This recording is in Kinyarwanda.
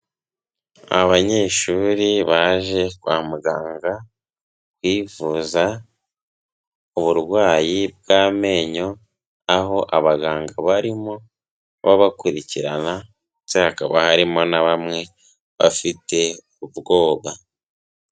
Abanyeshuri baje kwa muganga bivuza uburwayi bw'amenyo, aho abaganga barimo babakurikirana ndetse hakaba harimo na bamwe bafite ubwoba.